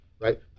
right